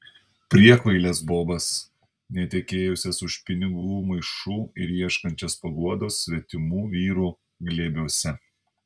priekvailes bobas nutekėjusias už pinigų maišų ir ieškančias paguodos svetimų vyrų glėbiuose